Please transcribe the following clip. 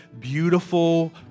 beautiful